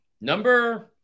Number